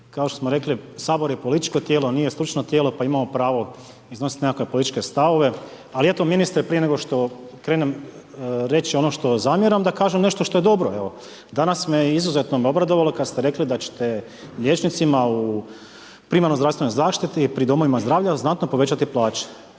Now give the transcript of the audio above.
Kao što smo rekli, Sabor je političko tijelo, nije stručno tijelo pa imamo pravo iznositi nekakve političke stavove. Ali eto ministre, prije nego što krenem reći ono što zamjeram, da kažem nešto što je dobro. Danas me izuzeto obradovalo kad ste rekli da ćete liječnicima u primarnoj zdravstvenoj zaštiti pri domovima zdravlja znatno povećati plaće.